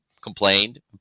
complained